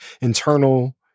internal